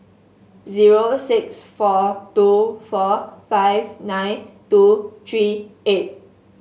zero six four two four five nine two three eight